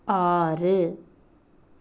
ஆறு